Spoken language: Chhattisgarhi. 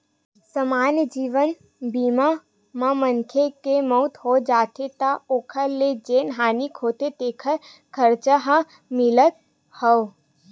समान्य जीवन बीमा म मनखे के मउत हो जाथे त ओखर ले जेन हानि होथे तेखर खरचा ह मिलथ हव